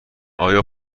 آیا